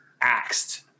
axed